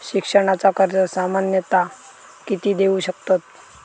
शिक्षणाचा कर्ज सामन्यता किती देऊ शकतत?